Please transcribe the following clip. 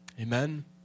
Amen